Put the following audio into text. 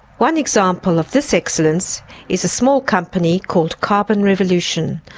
one example of this excellence is a small company called carbon revolution,